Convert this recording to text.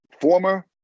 former